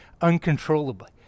uncontrollably